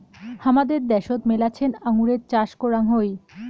হামাদের দ্যাশোত মেলাছেন আঙুরের চাষ করাং হই